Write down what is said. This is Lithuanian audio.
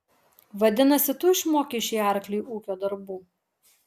vadinasi tu išmokei šį arklį ūkio darbų